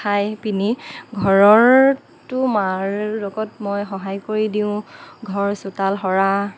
খাই পিনি ঘৰৰতো মাৰ লগত মই সহায় কৰি দিওঁ ঘৰৰ চোতাল সৰা